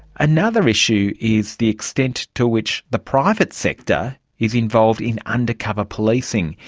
another issue is the extent to which the private sector is involved in undercover policing.